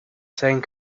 saying